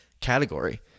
category